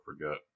forget